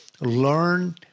learn